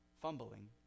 fumbling